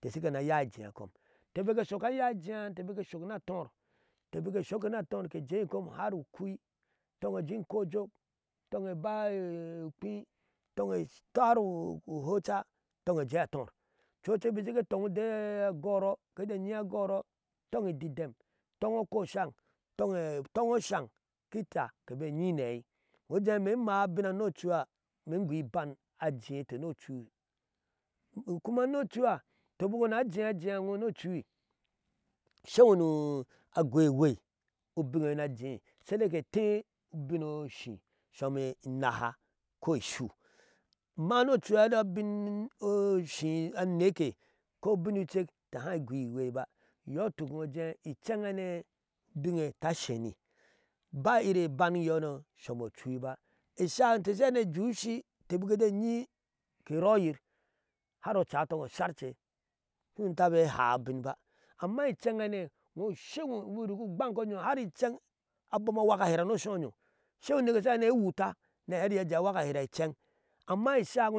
keshina ya jiya kom inte bike soka yai jiya inte bike sok nator ke jeyir kam har ku kui tongye je kojok tongye ba ukwi tongye etar u hochaso cek bik ke shige tongy udai a goro tongyiididem tongye okoshan tongue osan ki taah ke bayi na aai, imɛɛ inmaach abinhano nochuha imeeh gui ibannajeete nochui, kuma nochuha imeeh gui ibannajeete nochui kuma odchuiha a jiya jiya nochuha saiwooh na gui ewai obingyeye, shina jei saidai ke teee ubinooshi some nahaa ko isu, amma nochui obabin osi aneke ko ubin sucek ke hai guyi iweei ba iyo tuk inclen hane ubingye ta sheni ba ire eban yono somo ochuha esha inte she iya ne je ushi inte bike jee yi ke royi har ocha otano sorce sunu tabe haa ubionba, amma inchenhane iwooh sewo har unchen aboma wuka ahira no so oyoo sai nu neeke she dene wuta na heti iye aje wuka hira unchen amma esha